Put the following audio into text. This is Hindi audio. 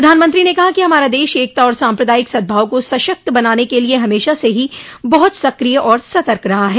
प्रधानमंत्री ने कहा कि हमारा देश एकता और सांप्रदायिक सद्भाव को सशक्त बनाने के लिए हमेशा से ही बहुत सक्रिय और सतर्क रहा है